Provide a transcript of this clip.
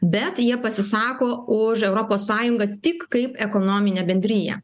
bet jie pasisako už europos sąjungą tik kaip ekonominę bendriją